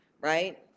right